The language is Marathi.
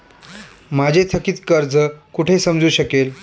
माझे थकीत कर्ज कुठे समजू शकेल?